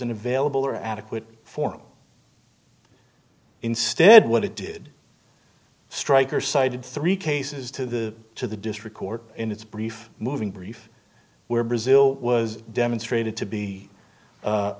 unavailable or adequate for instead what it did strike or cited three cases to the to the district court in its brief moving brief where brazil was demonstrated to be